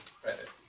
credit